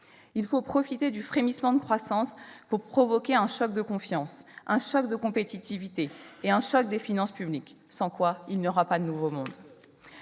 Il faut profiter du frémissement de croissance pour provoquer un choc de confiance, un choc de compétitivité et un choc des finances publiques, sans quoi il n'y aura pas de nouveau monde.